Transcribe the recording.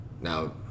Now